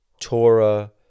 Torah